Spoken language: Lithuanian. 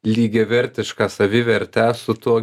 lygiavertišką savivertę su tuo